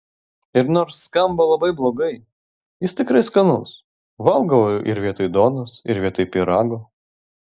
ir nors skamba labai blogai jis tikrai skanus valgau ir vietoj duonos ir vietoj pyrago